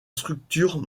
structure